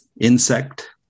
insect